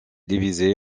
divisé